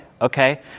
Okay